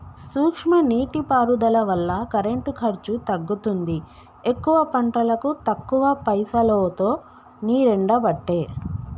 సూక్ష్మ నీటి పారుదల వల్ల కరెంటు ఖర్చు తగ్గుతుంది ఎక్కువ పంటలకు తక్కువ పైసలోతో నీరెండబట్టే